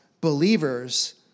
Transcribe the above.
believers